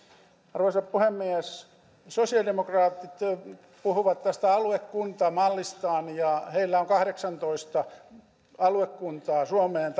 arvoisa puhemies sosiaalidemokraatit puhuivat tästä aluekuntamallistaan he haluaisivat kahdeksantoista aluekuntaa suomeen